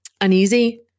uneasy